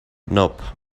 nope